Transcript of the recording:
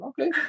Okay